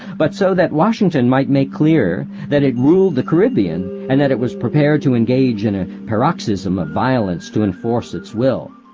but so that washington might make clear that it ruled the caribbean and that it was prepared to engage in a paroxysm of violence to enforce its will.